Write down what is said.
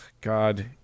God